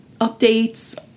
updates